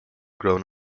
grown